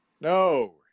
no